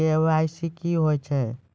KYC क्या हैं?